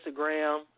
Instagram